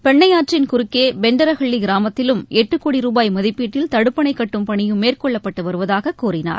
பெண்ணையாற்றின் குறுக்கே பெண்டரஹள்ளி கிராமத்திலும் எட்டு கோடி ரூபாய் மதிப்பீட்டில் தடுப்பணை கட்டும் பணியும் மேற்கொள்ளப்பட்டு வருவதாக கூறினார்